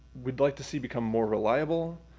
we'd like to see become more reliable.